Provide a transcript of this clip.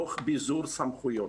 תוך ביזור סמכויות.